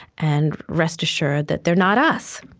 and rest assured that they're not us.